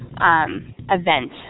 event